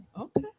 okay